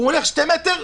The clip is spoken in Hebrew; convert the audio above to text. הוא הולך שני מטרים,